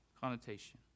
connotation